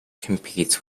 competes